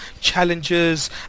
challenges